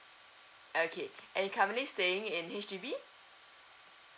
okay and currently staying in H_D_B